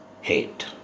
hate